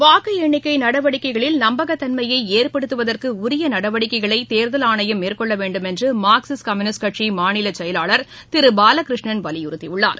வாக்கு எண்ணிக்கை நடவடிக்கைகளில் நம்பகத் தன்மையை ஏற்படுத்துவதற்கு உரிய நடவடிக்கைகளை தேர்தல் ஆணையம் மேற்கொள்ள வேண்டுமென்று மார்க்சிஸ்ட் கம்யுனிஸ்ட் கட்சியின் மாநில செயலாளர் திரு பாலகிருஷ்ணன் வலியுறுத்தியுள்ளார்